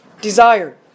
desire